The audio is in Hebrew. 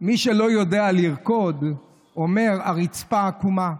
מי שלא יודע לרקוד אומר: הרצפה עקומה.